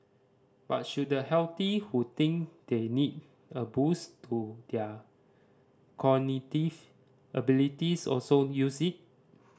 but should the healthy who think they need a boost to their cognitive abilities also use it